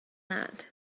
that